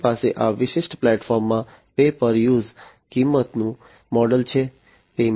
તેમની પાસે આ વિશિષ્ટ પ્લેટફોર્મમાં પે પર યુઝ કિંમતનું મોડલ છે